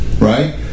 right